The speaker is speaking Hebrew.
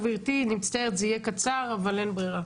גברתי, אני מצטערת, זה יהיה קצר אין ברירה.